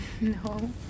No